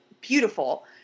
beautiful